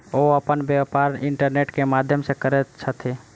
ओ अपन व्यापार इंटरनेट के माध्यम से करैत छथि